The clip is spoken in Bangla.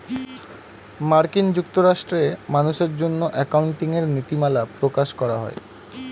মার্কিন যুক্তরাষ্ট্রে মানুষের জন্য অ্যাকাউন্টিং এর নীতিমালা প্রকাশ করা হয়